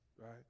right